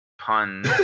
pun